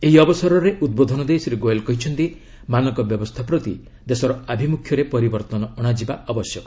ଏହି ଅବସରରେ ଉଦ୍ବୋଧନ ଦେଇ ଶ୍ରୀ ଗୋୟଲ୍ କହିଛନ୍ତି ମାନକ ବ୍ୟବସ୍ଥା ପ୍ରତି ଦେଶର ଆଭିମୁଖ୍ୟରେ ପରିବର୍ଭନ ଅଣାଯିବା ଆବଶ୍ୟକ